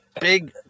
big